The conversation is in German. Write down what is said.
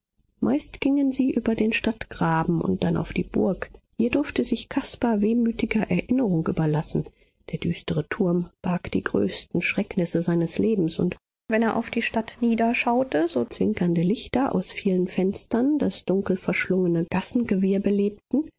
meist gingen sie über den stadtgraben und dann auf die burg hier durfte sich caspar wehmütiger erinnerung überlassen der düstere turm barg die größten schrecknisse seines lebens und wenn er auf die stadt niederschaute wo zwinkernde lichter aus vielen fenstern das dunkelverschlungene gassengewirr belebten